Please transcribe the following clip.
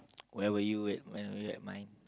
where were you at when were you at mine